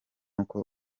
uko